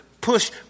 push